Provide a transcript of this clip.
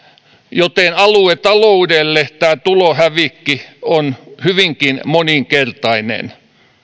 ja aluetaloudelle tulohävikki on hyvinkin moninkertainen